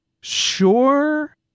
Sure